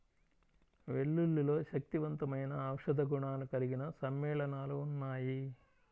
వెల్లుల్లిలో శక్తివంతమైన ఔషధ గుణాలు కలిగిన సమ్మేళనాలు ఉన్నాయి